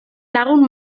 lagun